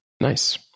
Nice